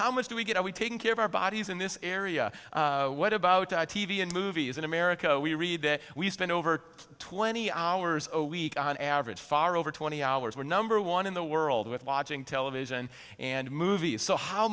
how much do we get are we taking care of our bodies in this area what about t v and movies in america we read that we spend over twenty hours a week on average far over twenty hours we're number one in the world with watching television and movies so how